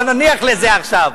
אבל נניח לזה עכשיו.